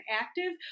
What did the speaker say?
active